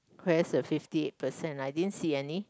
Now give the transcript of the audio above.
where's the fifty eight percent I didn't see any